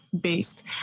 based